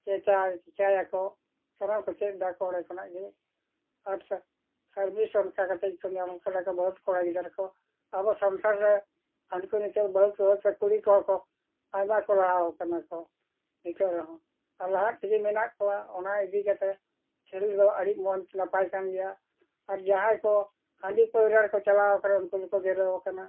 ᱪᱤᱠᱟᱹ ᱪᱤᱠᱟᱹᱭᱟᱠᱚ ᱥᱟᱱᱟᱢ ᱠᱚ ᱪᱮᱫ ᱮᱫᱟᱠᱚ ᱚᱸᱰᱮ ᱠᱷᱚᱱᱟᱜ ᱜᱮ ᱟᱨ ᱥᱟᱨᱵᱷᱤᱥ ᱦᱚᱸ ᱚᱱᱠᱟ ᱠᱟᱛᱮ ᱜᱮᱠᱚ ᱧᱟᱢ ᱟᱠᱟᱫᱟᱠᱚ ᱵᱚᱦᱩᱛ ᱠᱚᱲᱟ ᱜᱤᱫᱟᱹᱨ ᱠᱚ ᱟᱵᱚ ᱥᱟᱱᱛᱟᱲ ᱨᱮ ᱦᱟᱺᱰᱤ ᱠᱚ ᱠᱩᱲᱤ ᱠᱚᱦᱚᱸ ᱠᱚ ᱟᱭᱢᱟ ᱠᱚ ᱞᱟᱦᱟᱣ ᱠᱟᱱᱟ ᱠᱚ ᱱᱤᱛᱳᱜ ᱨᱮᱦᱚᱸ ᱟᱨ ᱞᱟᱦᱟ ᱛᱮᱜᱮ ᱢᱮᱱᱟᱜ ᱠᱚᱣᱟ ᱚᱱᱟ ᱤᱫᱤ ᱠᱟᱛᱮ ᱠᱷᱮᱞ ᱫᱚ ᱟᱹᱰᱤ ᱢᱚᱡᱽ ᱱᱟᱯᱟᱭ ᱠᱟᱱ ᱜᱮᱭᱟ ᱟᱨ ᱡᱟᱦᱟᱸᱭ ᱠᱚ ᱦᱟᱺᱰᱤ ᱯᱟᱹᱭᱨᱟᱹ ᱨᱮᱠᱚ ᱪᱟᱞᱟᱣ ᱠᱟᱱᱟ ᱩᱱᱠᱩ ᱫᱚᱠᱚ ᱜᱮᱞ ᱟᱠᱟᱱᱟ